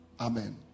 amen